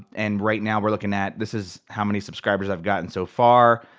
and right now we're looking at, this is how many subscribers i've gotten so far.